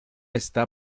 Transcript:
está